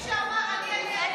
מי שאמר: אני,